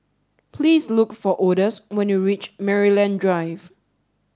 please look for Odus when you reach Maryland Drive